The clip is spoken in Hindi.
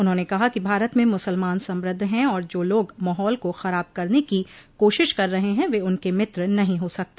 उन्होंने कहा कि भारत में मुसलमान समृद्ध हैं और जो लोग माहौल को खराब करने की कोशिश कर रहे हैं वे उनके मित्र नहीं हो सकते